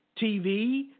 TV